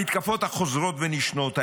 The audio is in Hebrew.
המתקפות החוזרות ונשנות,